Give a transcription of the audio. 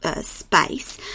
space